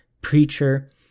preacher